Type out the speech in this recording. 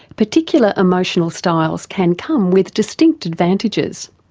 particular emotional styles can come with distinct advantages.